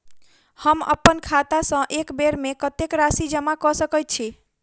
हम अप्पन खाता सँ एक बेर मे कत्तेक राशि जमा कऽ सकैत छी?